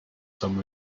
some